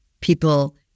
people